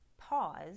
pause